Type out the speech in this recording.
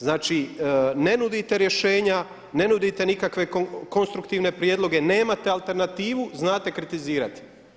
Znači ne nudite rješenja, ne nudite nikakve konstruktivne prijedloge, nemate alternativu, znate kritizirati.